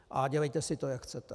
A dělejte si to, jak chcete.